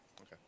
Okay